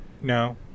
No